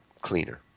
cleaner